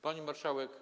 Pani Marszałek!